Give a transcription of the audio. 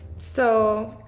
so,